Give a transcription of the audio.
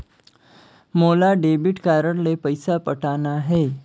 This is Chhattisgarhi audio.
मोला डेबिट कारड ले पइसा पटाना हे?